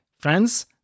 friends